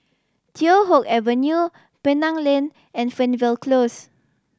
Teow Hock Avenue Penang Lane and Fernvale Close